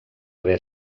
haver